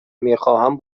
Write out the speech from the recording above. میخواهم